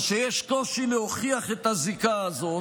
או שיש קושי להוכיח את הזיקה הזאת,